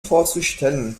vorzustellen